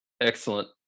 Excellent